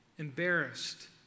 embarrassed